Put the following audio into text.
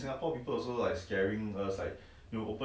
social distance like singapore ya like singapore now